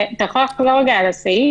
אתה יכול לחזור על הסעיף?